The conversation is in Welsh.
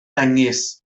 ddengys